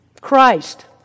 Christ